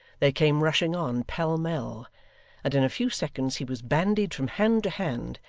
they came rushing on pell mell and in a few seconds he was bandied from hand to hand,